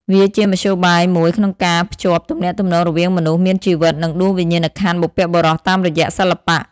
វាជាមធ្យោបាយមួយក្នុងការភ្ជាប់ទំនាក់ទំនងរវាងមនុស្សមានជីវិត និងដួងវិញ្ញាណក្ខន្ធបុព្វបុរសតាមរយៈសិល្បៈ។